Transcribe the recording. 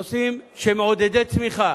נושאים שהם מעודדי צמיחה,